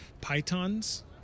pythons